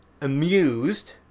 amused